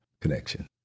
connection